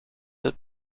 het